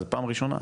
זו פעם ראשונה.